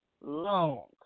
long